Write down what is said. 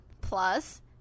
plus